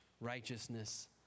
righteousness